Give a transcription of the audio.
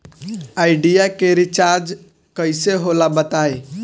Idea के recharge कइसे होला बताई?